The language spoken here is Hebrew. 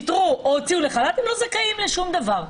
הוציאו לחל"ת והם לא זכאים לשום דבר.